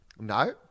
No